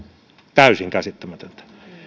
täysin käsittämätöntä